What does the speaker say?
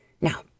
Now